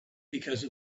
because